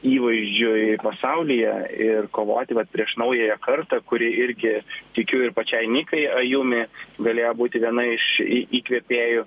įvaizdžiui pasaulyje ir kovoti vat prieš naująją kartą kuri irgi tikiu ir pačiai nykai ajumi galėjo būti viena iš į įkvėpėjų